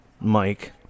Mike